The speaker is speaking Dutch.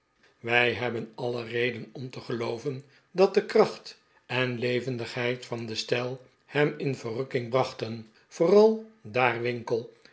wij hebben alle reden om te gelooven dat de kracht en levendigheid van den stijl hem in verrukking brachten vooral daar winkle